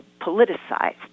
politicized